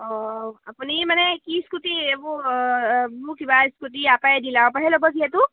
অঁ আপুনি মানে কি ইস্কুটি এইবোৰ মোৰ কিবা ইস্কুটি ইয়াৰ পৰাই ডিলাৰো পৰাই ল'ব যিহেতু